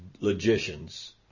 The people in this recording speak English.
logicians